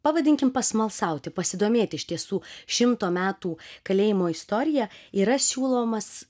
pavadinkim pasmalsauti pasidomėt iš tiesų šimto metų kalėjimo istorija yra siūlomas